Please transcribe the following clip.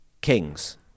Kings